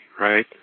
right